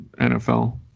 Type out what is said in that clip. NFL